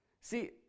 See